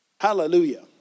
Hallelujah